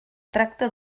tracta